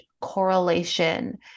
correlation